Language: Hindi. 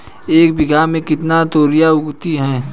एक बीघा में कितनी तोरियां उगती हैं?